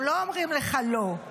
הם לא אומרים לך לא,